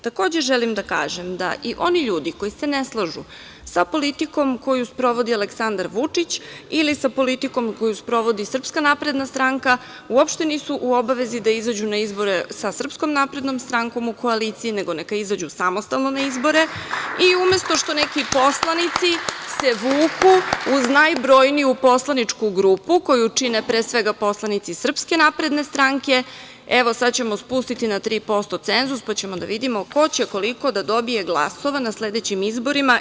Takođe, želim da kažem da i oni ljudi koji se ne slažu sa politikom koju sprovodi Aleksandar Vučić ili sa politikom koju sprovodi SNS, uopšte nisu u obavezi da izađu na izbore sa SNS u koaliciji, nego neka izađu samostalno na izbore i umesto što neki poslanici se vuku uz najbrojniju poslaničku grupu koju, čine pre svega poslanici SNS, evo sada ćemo spustiti na 3% cenzus pa ćemo da vidimo ko će, koliko da dobije glasova na sledećim izborima.